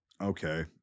okay